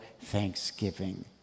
thanksgiving